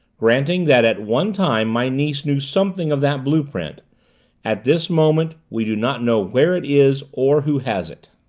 granting that at one time my niece knew something of that blue-print at this moment we do not know where it is or who has it.